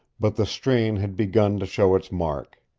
but the strain had begun to show its mark.